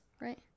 right